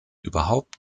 überhaupt